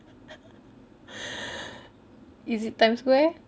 is it times square